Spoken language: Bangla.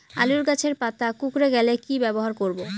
আলুর গাছের পাতা কুকরে গেলে কি ব্যবহার করব?